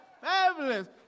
Fabulous